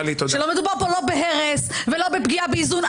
שלא מדובר פה לא בהרס ולא בפגיעה באיזון.